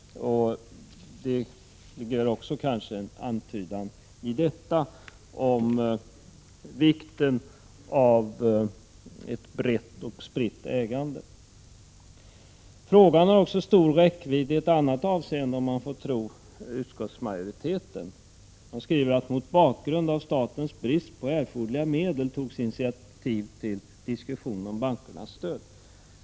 Det ligger kanske också en antydan i detta om vikten av ett brett och spritt ägande. Frågan har stor räckvidd också i ett annat avseende, om man får tro utskottsmajoriteten, som skriver att mot bakgrund av statens brist på erforderliga medel togs initiativ om bankernas stöd.